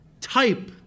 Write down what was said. type